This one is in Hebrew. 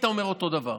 היית אומר אותו דבר.